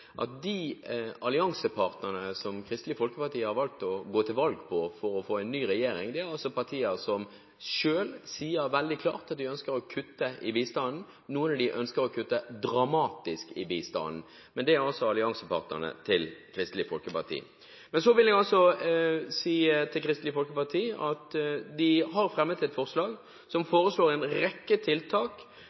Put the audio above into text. at de alliansepartnerne som Kristelig Folkeparti har valgt å gå til valg på for å få en ny regjering, er partier som selv sier veldig klart at de ønsker å kutte i bistanden – noen av dem ønsker å kutte dramatisk i bistanden. Men det er altså alliansepartnerne til Kristelig Folkeparti. Så vil jeg også si til Kristelig Folkeparti at de har fremmet et forslag der man foreslår en rekke tiltak